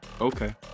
Okay